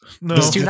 No